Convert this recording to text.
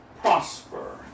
prosper